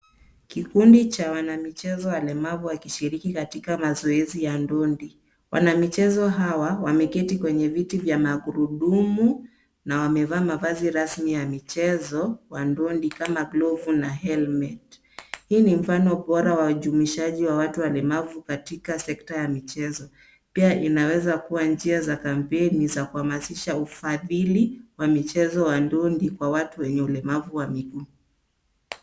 Kikundi cha wanamichezo walemavu wakishiriki katika mazoezi ya ndondi. Wanamichezo hawa wameketi kwenye viti vya magurudumu na wamevaa mavazi rasmi ya michezo wa ndondi kama glovu na helmet . Hii ni mfano bora wa ujumuishaji wa watu walemavu katika sekta ya michezo. Pia inaweza kuwa njia za kampeni za kuhamasisha ufadhili wa michezo ya ndondi kwa watu wenye ulemavu wa miguu.